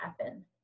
happen